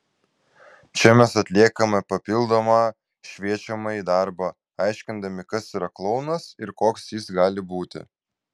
čia mes atliekame papildomą šviečiamąjį darbą aiškindami kas yra klounas ir koks jis gali būti